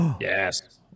Yes